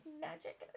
magic